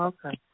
Okay